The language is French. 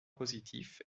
positif